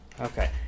Okay